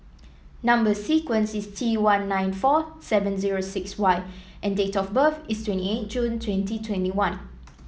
number sequence is T one nine four seven zero six Y and date of birth is twenty eight June twenty twenty one